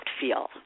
feel